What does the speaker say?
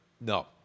No